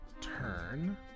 turn